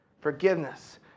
Forgiveness